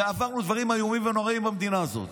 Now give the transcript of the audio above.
ועברנו דברים איומים ונוראים במדינה הזאת,